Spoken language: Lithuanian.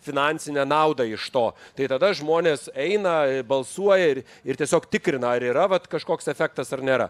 finansinę naudą iš to tai tada žmonės eina balsuoja ir ir tiesiog tikrina ar yra vat kažkoks efektas ar nėra